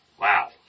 wow